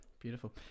Beautiful